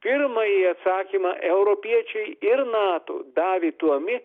pirmąjį atsakymą europiečiai ir nato davė tuomi